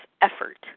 effort